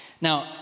now